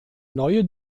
neue